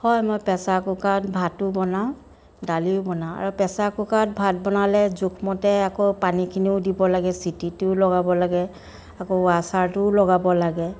হয় মই প্ৰেছাৰ কুকাৰত ভাতো বনাওঁ দালিও বনাওঁ আৰু প্ৰেছাৰ কুকাৰত ভাত বনালে জোখমতে আকৌ পানীখিনিও দিব লাগে চিটিটোও লগাব লাগে আকৌ ওৱাচাৰটোও লগাব লাগে